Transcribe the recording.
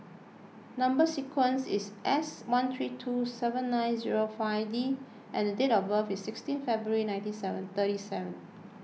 Number Sequence is S one three two seven nine zero five D and date of birth is sixteen February ninety seven thirty seven